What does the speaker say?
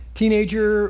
teenager